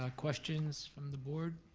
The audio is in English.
ah questions from the board?